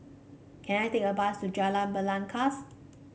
can I take a bus to Jalan Belangkas